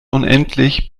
unendlich